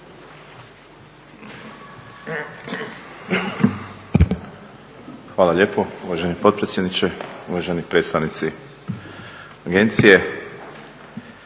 Hvala lijepo uvaženi potpredsjedniče. Uvaženi predstavnici agencije.